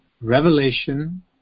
revelation